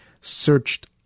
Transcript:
searched